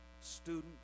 student